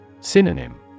Synonym